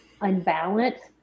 unbalanced